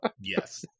yes